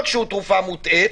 תרופה מוטעית,